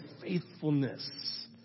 faithfulness